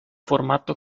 formato